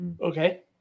Okay